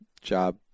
job